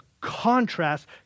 contrast